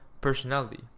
personality